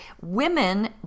Women